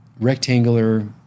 rectangular